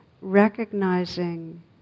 recognizing